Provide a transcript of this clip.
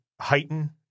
heighten